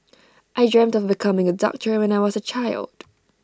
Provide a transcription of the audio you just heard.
I dreamt of becoming A doctor when I was A child